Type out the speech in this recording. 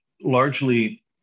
largely